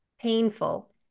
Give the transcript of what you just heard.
painful